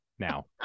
Now